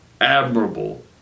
admirable